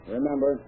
Remember